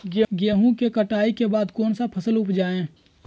गेंहू के कटाई के बाद कौन सा फसल उप जाए?